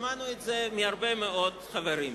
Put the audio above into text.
שמענו את זה מהרבה מאוד חברים.